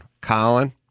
Colin